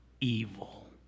evil